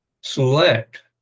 select